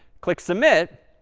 click submit.